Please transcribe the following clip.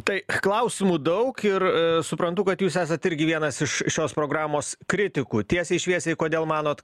tai klausimų daug ir suprantu kad jūs esat irgi vienas iš šios programos kritikų tiesiai šviesiai kodėl manot